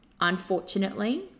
unfortunately